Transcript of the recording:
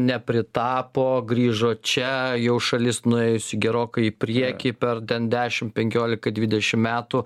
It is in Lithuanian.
nepritapo grįžo čia jau šalis nuėjusi gerokai į prieky per ten dešim penkiolika dvidešim metų